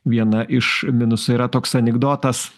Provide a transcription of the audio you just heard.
viena iš minusų yra toks anekdotas